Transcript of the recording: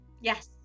Yes